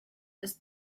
ist